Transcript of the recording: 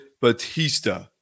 Batista